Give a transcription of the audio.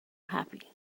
happy